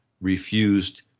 refused